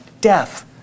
death